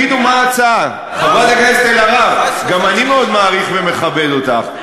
חברת הכנסת אלהרר, גם אני מאוד מעריך ומכבד אותך,